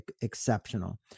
exceptional